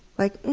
like mm,